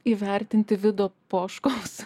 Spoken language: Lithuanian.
įvertinti vido poškaus